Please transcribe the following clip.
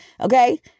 Okay